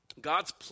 God's